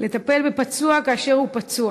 לטפל בפצוע כאשר הוא פצוע,